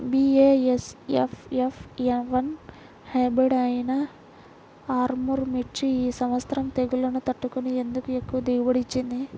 BASF F one hybrid అయినా ఆర్ముర్ మిర్చి ఈ సంవత్సరం తెగుళ్లును తట్టుకొని ఎందుకు ఎక్కువ దిగుబడి ఇచ్చింది?